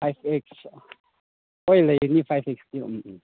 five X ꯍꯣꯏ ꯂꯩꯒꯅꯤ ꯐꯥꯏꯕ ꯑꯦꯛꯁꯇꯤ ꯎꯝ ꯎꯝ